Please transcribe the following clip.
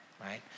right